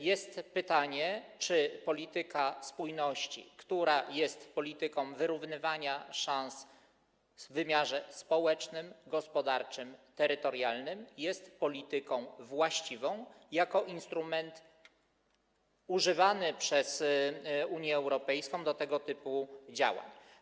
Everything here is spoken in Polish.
Jest pytanie, czy polityka spójności, która jest polityką wyrównywania szans w wymiarze społecznym, gospodarczym i terytorialnym, jest polityką właściwą, jeżeli chodzi o instrument używany przez Unię Europejską do tego typu działań.